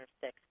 six